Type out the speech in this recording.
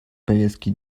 повестке